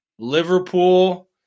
Liverpool